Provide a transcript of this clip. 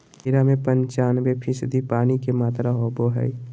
खीरा में पंचानबे फीसदी पानी के मात्रा होबो हइ